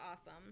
awesome